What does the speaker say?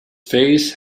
face